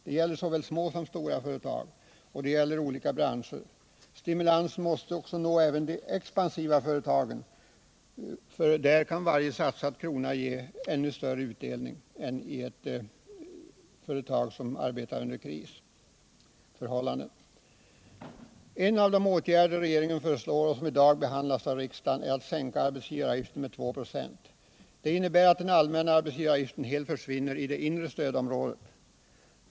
Det gäller såväl små som stora företag, och det gäller olika branscher. Stimulansen måste nå även de expansiva företagen; där kan varje satsad krona ge ännu större utdelning än i företag som arbetar under kris. En av de åtgärder som regeringen föreslår och som i dag behandlas av riksdagen är sänkning av arbetsgivaravgiften med 2 96. Det innebär att den allmänna arbetsgivaravgiften helt försvinner i det inre stödområdet.